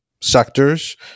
sectors